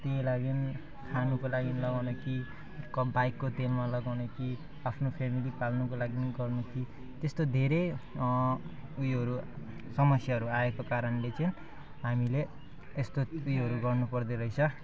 त्यही लागि खानको लागि लगाउनु कि बाइकको तेलमा लगाउने कि आफ्नो फ्यामिली पाल्नुको लागि गर्नु कि त्यस्तो धेरै उयोहरू समस्याहरू आएको कारणले चाहिँ हामीले यस्तो उयोहरू गर्नुपर्दो रहेछ